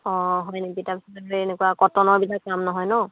অঁ হয় নেকি তাৰ পিছত এই এনেকুৱা কটনৰবিলাক কম নহয় ন